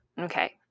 Okay